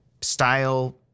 style